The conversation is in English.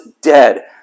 dead